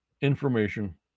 information